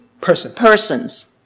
persons